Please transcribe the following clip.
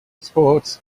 sports